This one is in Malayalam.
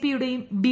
പിയുടേയും ബി